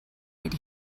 that